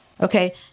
Okay